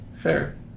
Fair